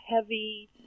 heavy